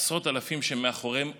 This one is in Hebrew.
עשרות אלפים שמאחוריהם עומדים,